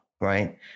right